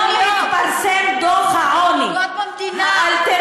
היום התפרסם דוח העוני האלטרנטיבי,